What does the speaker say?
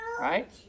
Right